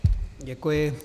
Děkuji.